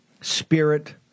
spirit